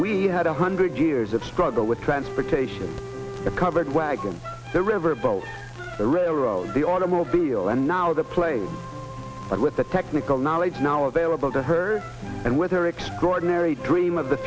we had a hundred years of struggle with transportation the covered wagon the riverboat the railroad the automobile and now the place but with the technical knowledge now available to her and with her extraordinary dream of the